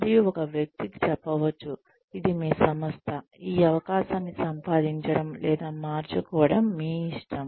మరియు ఒక వ్యక్తికి చెప్పవచ్చు ఇది మీ సంస్థ ఈ అవకాశాన్ని సంపాదించడం లేదా మార్చుకోవడం మీ ఇష్టం